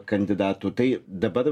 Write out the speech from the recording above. kandidatų tai dabar